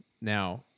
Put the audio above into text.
now